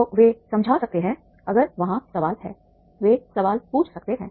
तो वे समझा सकते हैं अगर वहाँ सवाल हैं वे सवाल पूछ सकते हैं